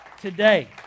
Today